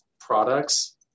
products